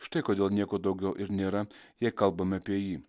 štai kodėl nieko daugiau ir nėra jei kalbame apie jį